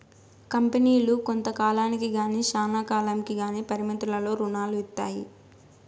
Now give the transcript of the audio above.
కంపెనీలు కొంత కాలానికి గానీ శ్యానా కాలంకి గానీ పరిమితులతో రుణాలు ఇత్తాయి